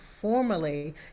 formally